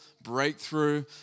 breakthrough